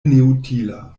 neutila